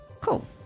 Cool